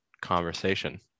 conversation